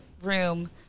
room